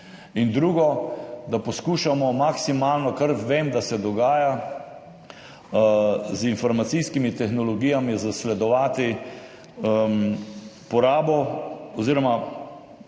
drugič, da poskušamo maksimalno – kar vem, da se dogaja – z informacijskimi tehnologijami zasledovati porabo oziroma